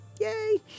Yay